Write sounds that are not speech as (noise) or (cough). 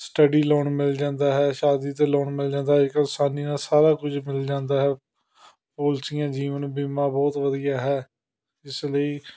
study loan ਮਿਲ ਜਾਂਦਾ ਹੈ ਸ਼ਾਦੀ 'ਤੇ ਲੋਨ ਮਿਲ ਜਾਂਦਾ ਹੈ (unintelligible) ਆਸਾਨੀ ਨਾਲ਼ ਸਾਰਾ ਕੁਝ ਮਿਲ ਜਾਂਦਾ ਹੈ ਪੋਲਸੀਆਂ ਜੀਵਨ ਬੀਮਾ ਬਹੁਤ ਵਧੀਆ ਹੈ ਇਸ ਲਈ